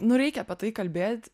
nu reikia tai kalbėt